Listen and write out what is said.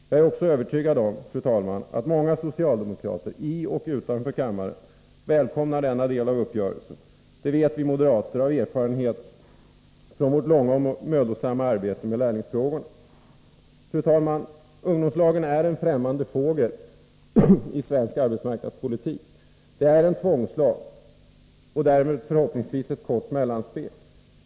Jag är, fru talman, övertygad om att många socialdemokrater, i och utanför riksdagen, välkomnar denna del av uppgörelsen. Det vet vi moderater av erfarenhet från vårt långa och mödosamma arbete med lärlingsfrågorna. Fru talman! Ungdomslagen är en främmande fågel i svensk arbetsmarknadspolitik. Det är en tvångslag — och därmed förhoppningsvis ett kort mellanspel.